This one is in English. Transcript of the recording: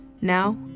Now